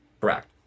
Correct